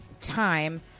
time